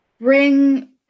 bring